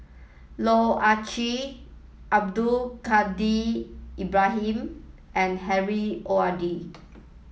Loh Ah Chee Abdul Kadir Ibrahim and Harry O R D